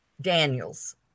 Daniels